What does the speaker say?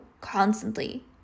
constantly